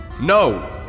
No